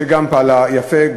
שגם פעלה יפה,